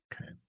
Okay